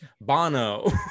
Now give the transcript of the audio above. Bono